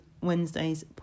Wednesday's